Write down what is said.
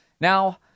Now